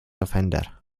offender